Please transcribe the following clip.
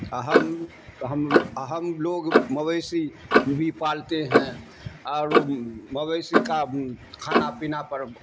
ہم ہم ہم لوگ مویسیی بھی پالتے ہیں اور مویسیی کا کھانا پینا پر